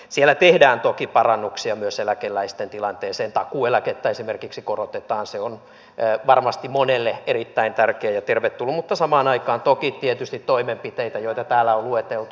siellä tehdään toki parannuksia myös eläkeläisten tilanteeseen takuueläkettä esimerkiksi korotetaan se on varmasti monelle erittäin tärkeä ja tervetullut mutta samaan aikaan toki tietysti toimenpiteitä joita täällä on lueteltu